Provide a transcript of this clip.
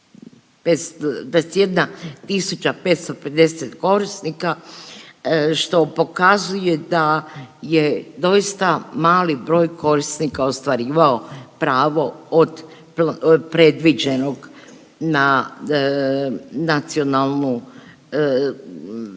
a u 2023. 21.550 korisnika, što pokazuje da je doista mali broj korisnika ostvarivao pravo od predviđenog na nacionalnu naknadu